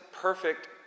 perfect